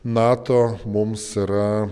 nato mums yra